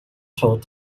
told